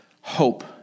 hope